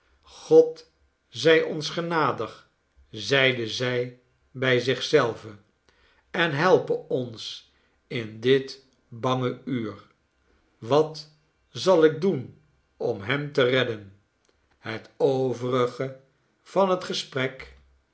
god zij ons genadig zeide zij bij zich zelve en helpe ons in dit bange uur wat zal ik doen om hem te redden het overige van het gesprek